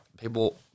people –